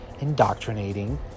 indoctrinating